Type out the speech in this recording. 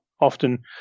often